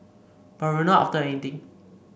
but we're not after anything